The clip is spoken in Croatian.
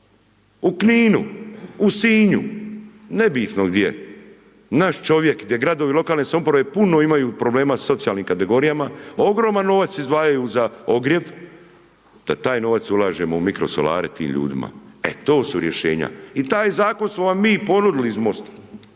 u Kninu, u Sinju, nebitno gdje, naš čovjek, gdje gradovi lokalne samouprave puno imaju problema sa socijalnim kategorijama, ogroman novac izdvajaju za ogrjev, da taj novac ulažemo u mirkosolare tim ljudima. E to su rješenja i taj zakon smo vam mi ponudili iz MOST-a,